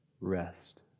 rest